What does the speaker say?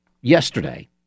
yesterday